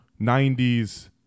90s